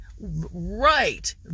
right